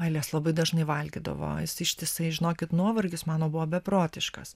elijas dažnai valgydavo jis ištisai žinokit nuovargis mano buvo beprotiškas